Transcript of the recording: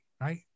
Right